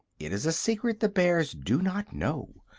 it is a secret the bears do not know,